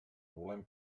volem